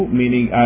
meaning